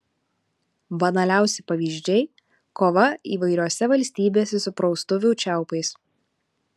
banaliausi pavyzdžiai kova įvairiose valstybėse su praustuvių čiaupais